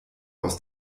aus